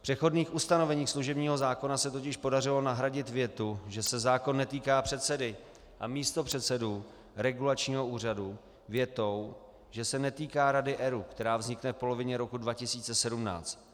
V přechodných ustanoveních služebního zákona se totiž podařilo nahradit větu, že se zákon netýká předsedy a místopředsedů regulačního úřadu, větou, že se netýká Rady ERÚ, která vznikne v polovině roku 2017.